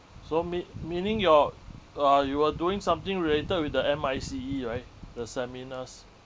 so mean~ meaning you're uh you were doing something related with the M_I_C_E right the seminars